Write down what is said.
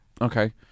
okay